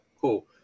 cool